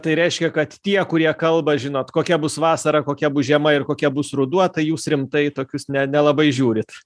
tai reiškia kad tie kurie kalba žinot kokia bus vasara kokia bus žiema ir kokia bus ruduo tai jūs rimtai į tokius ne nelabai žiūrit